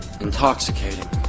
intoxicating